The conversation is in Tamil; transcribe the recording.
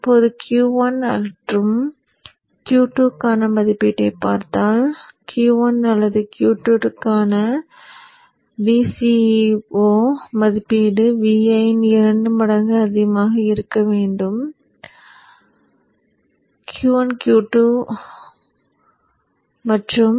இப்போது Q1 அல்லது Q2க்கான மதிப்பீட்டைப் பார்த்தால் Q1 அல்லது Q2க்கான VCEO மதிப்பீடு Vin 2 மடங்கு அதிகமாக இருக்க வேண்டும் என்பதைப் பார்க்கலாம்